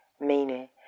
meaning